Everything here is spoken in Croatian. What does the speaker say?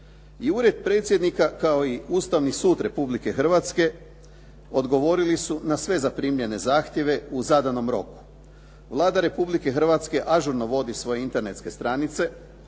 I ured predsjednik kao i Ustavni sud Republike Hrvatske odgovorili su na sve primljene zahtjeva u zadanom roku. Vlada Republike Hrvatske ažurno vodi svoje internetske stranice,